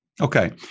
Okay